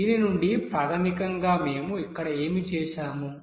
దీని నుండి ప్రాథమికంగా మేము ఇక్కడ ఏమి చేసాము